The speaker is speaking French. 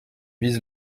vise